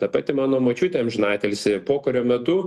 ta pati mano močiutė amžinatilsį pokario metu